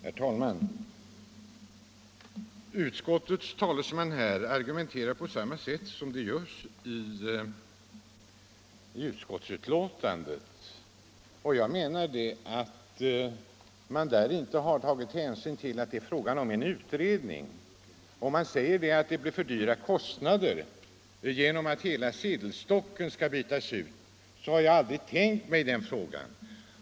Herr talman! Utskottets talesman argumenterar här på samma sätt som utskottet gör i sitt betänkande. Jag anser att utskottet inte har tagit hänsyn till att det är fråga om en utredning. Utskottet anför att det skulle bli för stora kostnader genom att hela sedelstocken skulle bytas ut. Jag har aldrig tänkt mig något sådant.